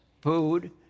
food